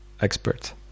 Expert